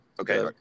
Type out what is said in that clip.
Okay